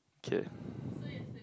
okay